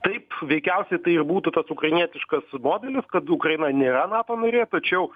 taip veikiausiai tai ir būtų tas ukrainietiškas modelis kad ukraina nėra nato narė tačiau